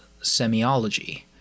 semiology